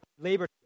labor